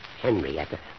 Henrietta